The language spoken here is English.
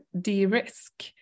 de-risk